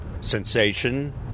sensation